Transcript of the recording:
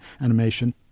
animation